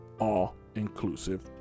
all-inclusive